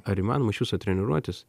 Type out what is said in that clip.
ar įmanoma iš viso treniruotis